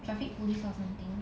traffic police or something